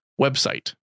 website